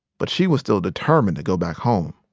but she was still determined to go back home.